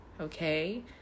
Okay